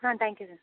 ஆ thank you sir ஆ